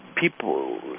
people